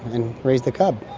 and raise the cub.